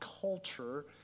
culture